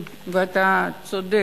ואתה צודק,